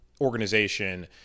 organization